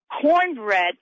Cornbread